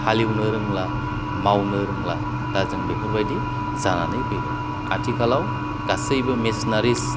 हालेवनो रोंला मावनो रोंला दा जों बेफोरबायदि जानानै फैबाय आथिखालाव गासैबो मेशिनारिस